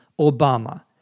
Obama